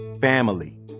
Family